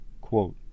quote